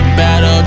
battle